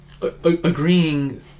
agreeing